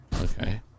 Okay